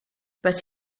but